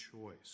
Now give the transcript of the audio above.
choice